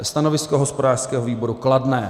Stanovisko hospodářského výboru kladné.